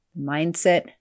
mindset